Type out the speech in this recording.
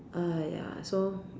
!aiya! so